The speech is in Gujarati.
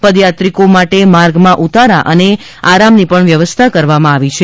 પદ યાત્રિકો માટે માર્ગમાં ઉતારા અને આરામની વ્યવસ્થા કરવામાં આવી છે